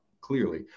clearly